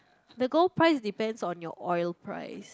the gold price is depends on your oil price